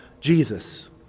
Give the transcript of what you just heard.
Jesus